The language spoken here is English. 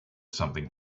something